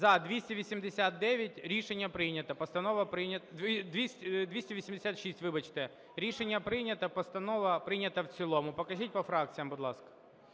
вибачте. Рішення прийнято. Постанова прийнята в цілому. Покажіть по фракціям, будь ласка.